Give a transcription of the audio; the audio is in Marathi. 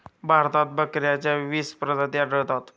भारतात बकऱ्यांच्या वीस प्रजाती आढळतात